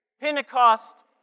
Pentecost